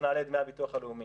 אז נעלה את דמי הביטוח הלאומי.